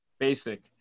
Basic